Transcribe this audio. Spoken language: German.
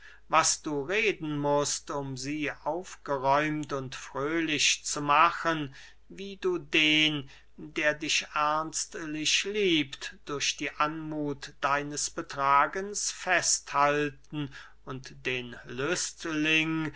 was du reden mußt um sie aufgeräumt und fröhlich zu machen wie du den der dich ernstlich liebt durch die anmuth deines betragens fest halten und den